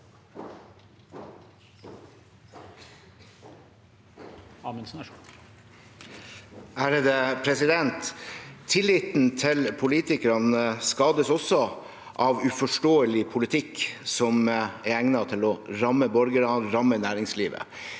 (FrP) Tilliten til politikere skades også av uforståelig politikk som er egnet til å ramme borgerne og ramme næringslivet.